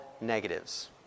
negatives